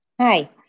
Hi